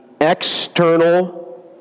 external